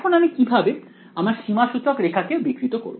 এখন আমি কিভাবে আমার সীমাসূচক রেখা কে বিকৃত করব